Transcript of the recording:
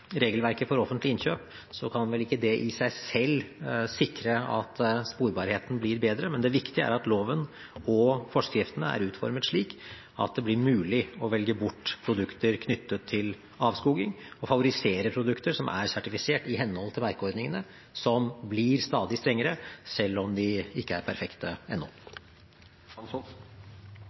regelverket for offentlige innkjøp, kan vel ikke det i seg selv sikre at sporbarheten blir bedre, men det viktige er at loven og forskriftene er utformet slik at det blir mulig å velge bort produkter knyttet til avskoging og favorisere produkter som er sertifisert i henhold til merkeordningene, som blir stadig strengere, selv om de ikke er perfekte